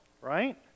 right